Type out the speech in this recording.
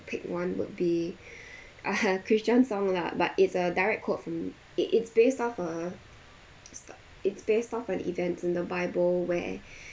pick one would be a christian song lah but it's a direct quote from it it's based off a stuf~ it's based of an event in the bible where